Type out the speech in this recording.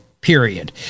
period